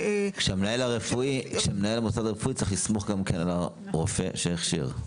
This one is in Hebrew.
מנהל המוסד הרפואי צריך לסמוך גם על הרופא שיכשיר.